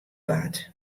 bard